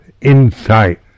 insight